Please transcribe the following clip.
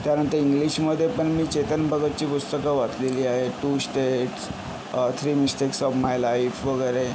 त्यानंतर इंग्लिशमधे पण मी चेतन भगतची पुस्तकं वाचलेली आहे two states three mistakes of my life वगैरे